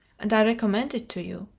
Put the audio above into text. and i recommend it to you.